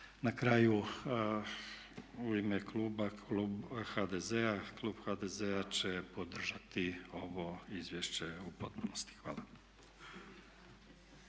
Na kraju, u ime kluba HDZ-a, klub HDZ-a će podržati ovo izvješće u potpunosti. Hvala.